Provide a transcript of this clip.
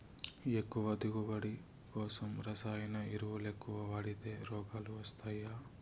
ఎక్కువ దిగువబడి కోసం రసాయన ఎరువులెక్కవ వాడితే రోగాలు వస్తయ్యి